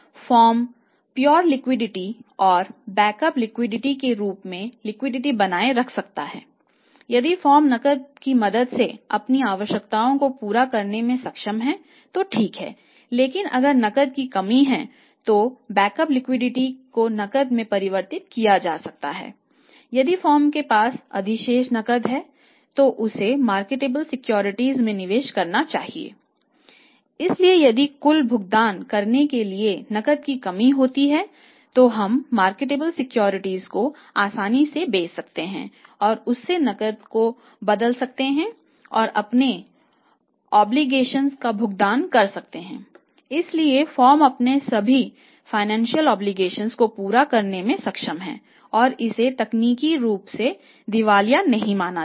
firm शुद्ध liquidity को पूरा करने में सक्षम है और इसे तकनीकी रूप से दिवालिया नहीं माना जाता है